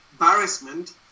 embarrassment